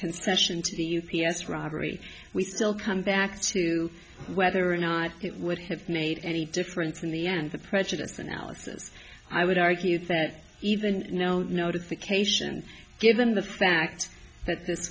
concession to the u p s robbery we still come back to whether or not it would have made any difference in the end the president's analysis i would argue that even no notification given the fact that this